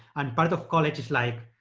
and part of college is like,